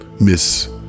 miss